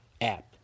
app